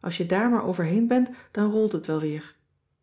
als je daar maar overheen bent dan rolt het wel weer